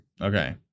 Okay